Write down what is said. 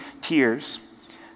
tears